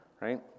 right